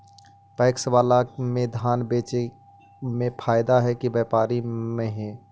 PACS बाला में धान बेचे मे फायदा है कि व्यापारी महिना?